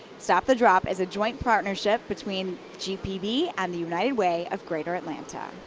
stop the drop is a joint partnership between gpb and the united way of greater atlanta.